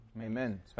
Amen